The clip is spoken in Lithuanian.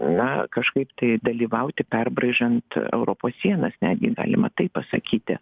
na kažkaip tai dalyvauti perbraižant europos sienas netgi galima taip pasakyti